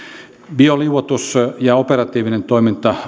bioliuotus ja operatiivinen toiminta